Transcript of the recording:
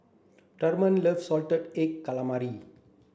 Truman loves salted egg calamari